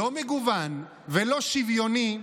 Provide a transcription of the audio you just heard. לא מגוון ולא שוויוני,